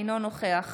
אינו נוכח